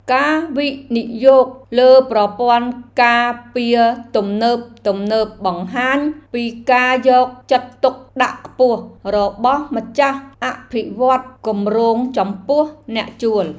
ការវិនិយោគលើប្រព័ន្ធការពារទំនើបៗបង្ហាញពីការយកចិត្តទុកដាក់ខ្ពស់របស់ម្ចាស់អភិវឌ្ឍន៍គម្រោងចំពោះអ្នកជួល។